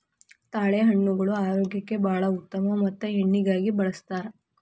ತಾಳೆಹಣ್ಣುಗಳು ಆರೋಗ್ಯಕ್ಕೆ ಬಾಳ ಉತ್ತಮ ಮತ್ತ ಎಣ್ಣಿಗಾಗಿ ಬಳ್ಸತಾರ